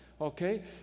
okay